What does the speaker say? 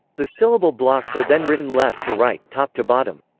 the syllable blocks are then written left to right, top to bottom.